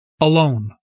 alone